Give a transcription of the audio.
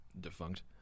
defunct